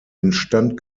instand